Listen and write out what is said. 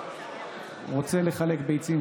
רוצה לחלק ביצים,